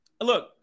Look